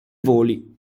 voli